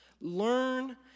learn